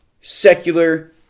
secular